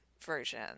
version